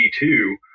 G2